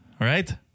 right